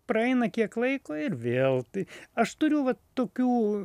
praeina kiek laiko ir vėl tai aš turiu vat tokių